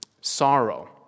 sorrow